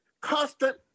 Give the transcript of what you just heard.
Constant